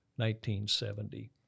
1970